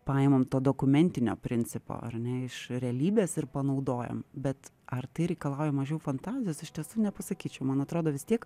paimam to dokumentinio principo ar ne iš realybės ir panaudojam bet ar tai reikalauja mažiau fantazijos iš tiesų nepasakyčiau man atrodo vis tiek